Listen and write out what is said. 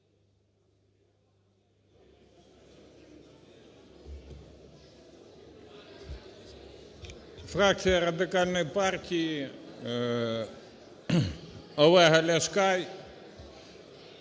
Фракція Радикальної партії Олега Ляшка,